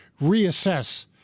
reassess